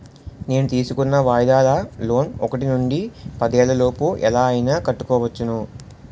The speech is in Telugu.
నేను తీసుకున్న వాయిదాల లోన్ ఒకటి నుండి పదేళ్ళ లోపు ఎలా అయినా కట్టుకోవచ్చును